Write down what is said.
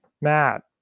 Matt